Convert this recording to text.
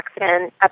accident